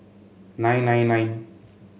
nine nine nine